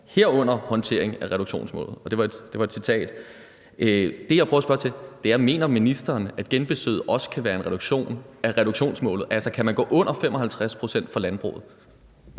herunder håndtering af reduktionsmål.« Det var et citat. Det, jeg prøver at spørge til, er: Mener ministeren, at genbesøget også kan være en reduktion af reduktionsmålet? Altså, kan man gå under 55 pct. for landbruget?